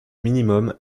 minimum